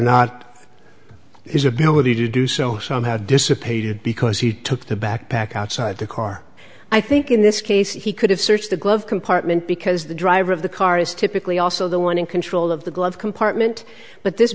not his ability to do so somehow dissipated because he took the backpack outside the car i think in this case he could have searched the glove compartment because the driver of the car is typically also the one in control of the glove compartment but this